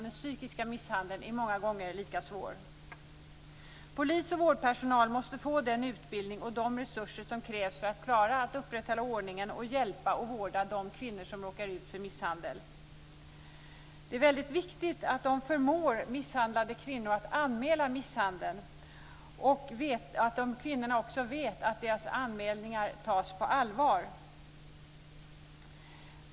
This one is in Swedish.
Den psykiska misshandeln är många gånger lika svår. Polis och vårdpersonal måste få den utbildning och de resurser som krävs för att upprätthålla ordningen och hjälpa och vårda de kvinnor som råkar ut för misshandel. Det är väldigt viktigt att de förmår misshandlade kvinnor att anmäla misshandeln liksom att kvinnorna vet att deras anmälningar tas på allvar.